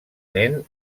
nen